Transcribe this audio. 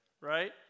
right